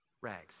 rags